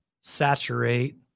saturate